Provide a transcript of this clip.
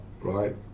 right